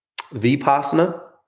Vipassana